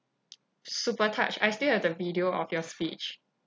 super touched I still have the video of your speech